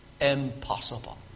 Impossible